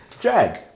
Jag